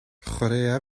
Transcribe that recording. chwaraea